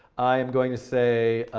i am going to say,